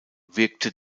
wirkte